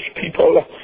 people